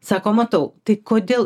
sako matau tai kodėl